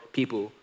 people